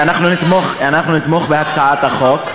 אנחנו נתמוך בהצעת החוק.